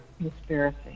conspiracy